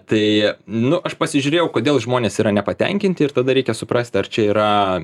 tai nu aš pasižiūrėjau kodėl žmonės yra nepatenkinti ir tada reikia suprast ar čia yra